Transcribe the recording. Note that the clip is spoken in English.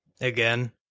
again